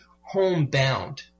homebound